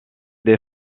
des